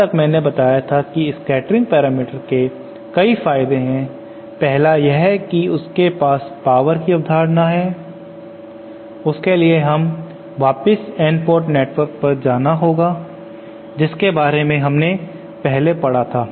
अब तक मैंने बताया था कि स्कैटरिंग पैरामीटर के कई फायदे हैं पहला यह है कि उसके पास पावरशक्ति की अवधारणा है उसके लिए हमें वापस N पोर्ट नेटवर्क पर जाना होगा जिसके बारे में हमने पहले पढ़ा था